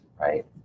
right